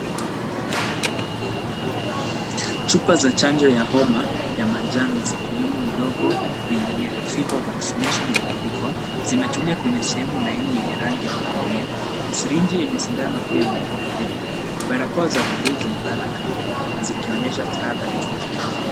Chupa za chanjo ya homa ya manjano zikiwemo ndogo yenye yellow fever vaccination imeandikwa. zimetulia kwenye sehemu laini yenye rangi ya kahawia. syringe yenye sindano pia imewekwa karibu. Barakoa za blue zimelala kando, zikionyesha tahadhari za kiafya.